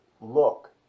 look